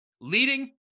leading